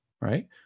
right